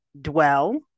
dwell